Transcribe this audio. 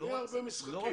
בלי הרבה משחקים.